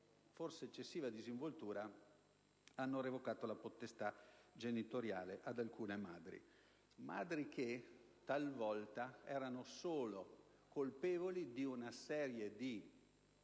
forse eccessiva disinvoltura, hanno revocato la potestà genitoriale ad alcune madri, madri che, talvolta, erano colpevoli solo di